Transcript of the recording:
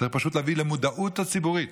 פשוט צריך להביא למודעות הציבורית,